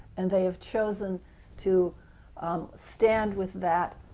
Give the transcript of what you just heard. and they have chosen to um stand with that